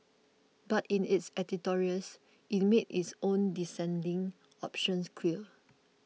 but in its editorials it made its own dissenting options clear